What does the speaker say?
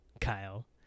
Kyle